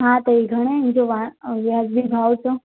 हा त हीउ घणे ईंदो हाणि वाजिबी भाव चओ